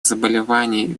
заболеваний